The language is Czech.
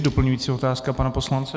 Doplňující otázka pana poslance?